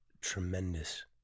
tremendous